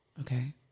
okay